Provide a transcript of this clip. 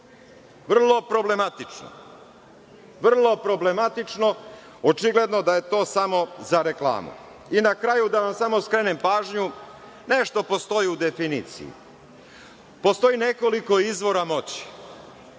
Vrlo problematično. Očigledno da je to samo za reklamu. Na kraju, da vam samo skrenem pažnju, nešto postoji u definiciji. Postoji nekoliko izvora moći.